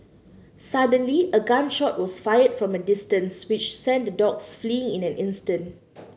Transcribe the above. suddenly a gun shot was fired from a distance which sent the dogs fleeing in an instant